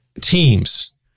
teams